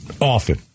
Often